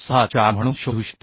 64 म्हणून शोधू शकतो